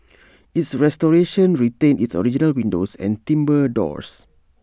its restoration retained its original windows and timbre doors